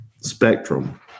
spectrum